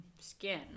skin